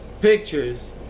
Pictures